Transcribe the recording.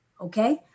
okay